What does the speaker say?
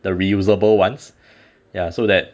the reusable [ones] ya so that